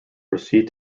proceed